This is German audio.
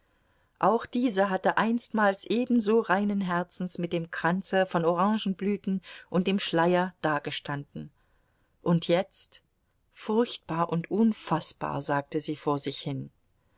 auch diese hatte einstmals ebenso reinen herzens mit dem kranze von orangenblüten und dem schleier dagestanden und jetzt furchtbar und unfaßbar sagte sie vor sich hin